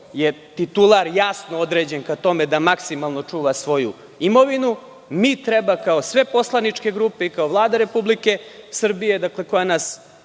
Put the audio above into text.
je titular jasno određen ka tome da maksimalno čuva svoju imovinu. Mi treba kao sve poslaničke grupe i kao Vlada Republike Srbije, koja nas